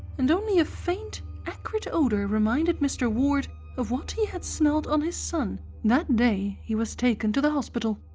and only a faint acrid odour reminded mr. ward of what he had smelt on his son that day he was taken to the hospital.